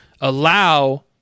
allow